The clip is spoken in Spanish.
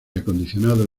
acondicionado